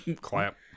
clap